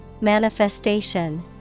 Manifestation